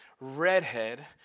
redhead